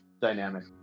dynamic